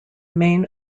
main